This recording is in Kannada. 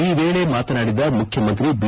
ಈ ವೇಳೆ ಮಾತನಾಡಿದ ಮುಖ್ಯಮಂತ್ರಿ ಐ